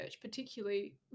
particularly